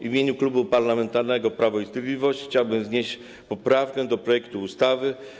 W imieniu Klubu Parlamentarnego Prawo i Sprawiedliwość chciałbym wnieść poprawkę do projektu ustawy.